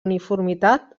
uniformitat